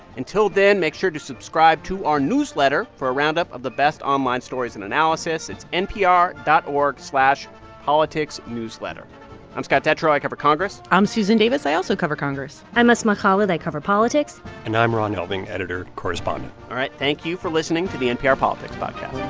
until then, make sure to subscribe to our newsletter for a roundup of the best online stories and analysis. it's npr dot org slash politicsnewsletter. i'm scott detrow. i cover congress i'm susan davis. i also cover congress i'm asma khalid. i cover politics and i'm ron elving, editor correspondent all right. thank you for listening to the npr politics podcast